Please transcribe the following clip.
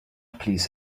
please